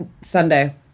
Sunday